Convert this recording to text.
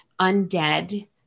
undead